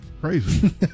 crazy